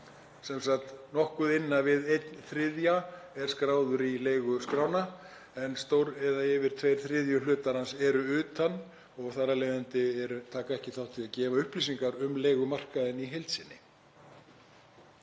sem sagt nokkuð innan við einn þriðji hluti samninga er skráður í leiguskrána en yfir tveir þriðju hlutar eru utan og þar af leiðandi taka ekki þátt í að gefa upplýsingar um leigumarkaðinn í heild sinni.